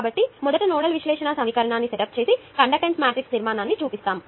కాబట్టి మొదట నోడల్ విశ్లేషణ సమీకరణాన్ని సెటప్ చేసి కండక్టెన్స్ మ్యాట్రిక్స్ నిర్మాణాన్ని చూపిస్తాను